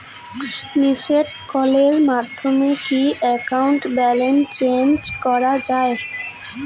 Missed কলের মাধ্যমে কি একাউন্ট ব্যালেন্স চেক করা যায়?